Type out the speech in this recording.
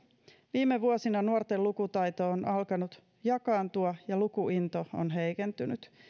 viime vuosina nuorten lukutaito on alkanut jakaantua ja lukuinto on heikentynyt